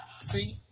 See